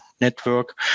network